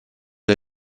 the